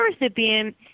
recipient